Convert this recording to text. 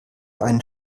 einen